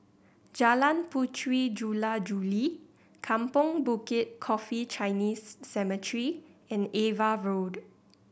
Jalan Puteri Jula Juli Kampong Bukit Coffee Chinese Cemetery and Ava Road